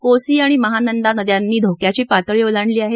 कोसी आणि महानंदा नद्यांनी धोक्याची पातळी ओलांडली आहे